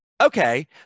okay